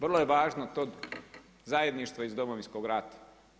Vrlo je važno to zajedništvo iz Domovinskog rata.